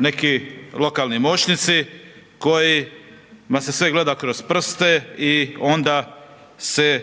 neki lokalni moćnici kojima se sve gleda kroz prste i onda se